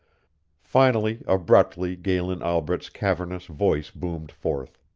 finally abruptly galen albret's cavernous voice boomed forth.